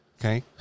Okay